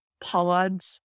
pods